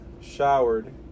showered